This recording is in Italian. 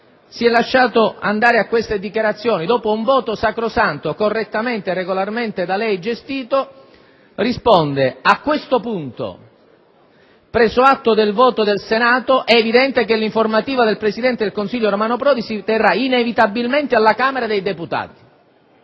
si è lasciato andare alle seguenti dichiarazioni. Dopo un voto sacrosanto, correttamente e regolarmente da lei gestito, risponde: a questo punto, preso atto del voto del Senato, è evidente che l'informativa del presidente del Consiglio Romano Prodi si terrà inevitabilmente presso la Camera dei deputati.